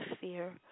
fear